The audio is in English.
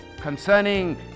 concerning